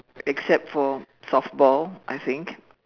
except for softball I think